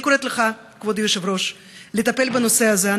אני קוראת לך, כבוד היושב-ראש, לטפל בנושא הזה.